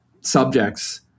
subjects